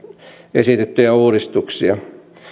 esitettyjä uudistuksia